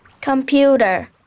Computer